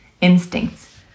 instincts